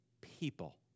people